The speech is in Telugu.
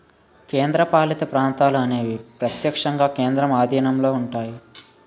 కేంద్రపాలిత ప్రాంతాలు అనేవి ప్రత్యక్షంగా కేంద్రం ఆధీనంలో ఉంటాయి